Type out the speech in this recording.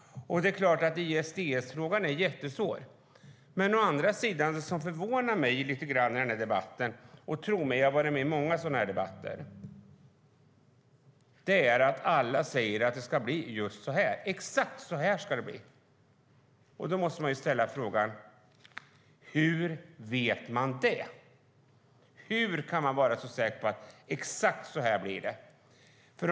ISDS-frågan är jättesvår. En sak som förvånar mig lite grann i denna debatt - tro mig, jag har varit med i många sådana debatter - är att alla säger: Exakt så här ska det bli. Då måste jag ställa frågan: Hur vet man det? Hur kan man vara så säker på att det blir exakt så?